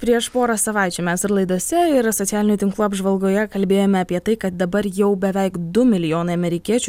prieš porą savaičių mes ir laidose ir socialinių tinklų apžvalgoje kalbėjome apie tai kad dabar jau beveik du milijonai amerikiečių